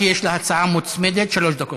כי יש לה הצעה מוצמדת, שלוש דקות.